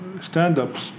stand-ups